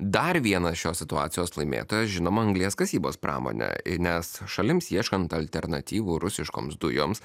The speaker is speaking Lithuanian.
dar vienas šios situacijos laimėtojas žinoma anglies kasybos pramonė nes šalims ieškant alternatyvų rusiškoms dujoms